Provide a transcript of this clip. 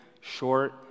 short